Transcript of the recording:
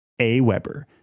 AWeber